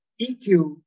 EQ